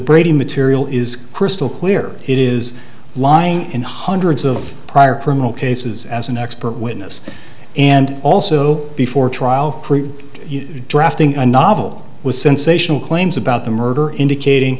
brady material is crystal clear it is lying in hundreds of prior criminal cases as an expert witness and also before trial drafting a novel with sensational claims about the murder